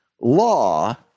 law